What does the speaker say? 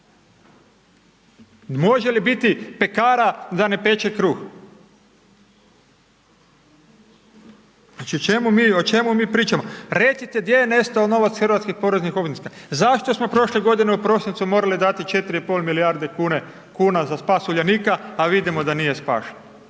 Može li piti pekara da ne peče kruh? O čemu mi, o čemu mi pričamo? Recite gdje je nestao novac hrvatskih poreznih obveznika? Zašto smo prošle godine u prosincu morali dati 4,5 milijarde kuna za spas Uljanika, a vidimo da nije spašen?